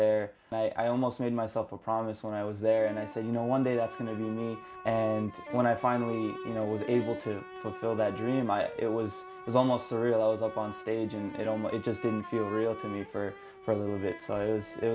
there and i almost made myself a promise when i was there and i said you know one day that's enough and when i finally you know was able to fulfill that dream it was it was almost surreal i was up on stage and i don't know it just didn't feel real to me for for a little bit